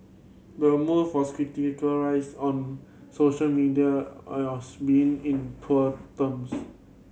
the move was on social media us being in poor terms